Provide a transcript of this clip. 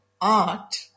art